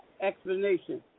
explanation